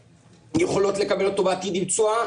יכולות לקבל אוטומטית עם תשואה,